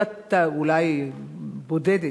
אולי הבודדת,